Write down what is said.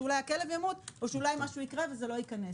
אולי הכלב ימות או אולי משהו יקרה וזה לא ייכנס.